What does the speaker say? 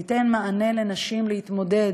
בסעיף שייתן מענה לנשים להתמודד